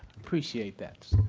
appreciate that.